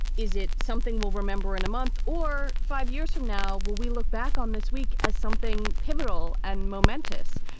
is it something we'll remember in a month or five years from now? will we look back on this week as something pivotal and momentous?